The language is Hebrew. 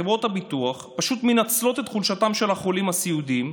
חברות הביטוח פשוט מנצלות את חולשתם של החולים הסיעודיים,